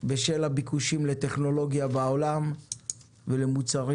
בשל הביקושים לטכנולוגיה בעולם ולמוצרים